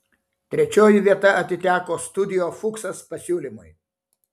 trečioji vieta atiteko studio fuksas pasiūlymui